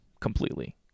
completely